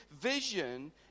vision